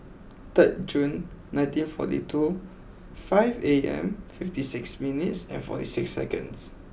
third June nineteen forty two five A M fifty six minutes and forty six seconds